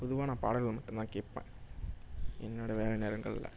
பொதுவாக நான் பாடல்களை மட்டும்தான் கேட்பேன் என்னுடைய வேலை நேரங்கள்ல